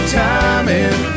timing